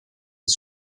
des